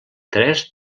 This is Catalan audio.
tres